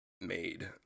made